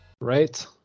Right